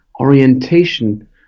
orientation